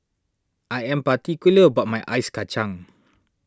I am particular about my Ice Kachang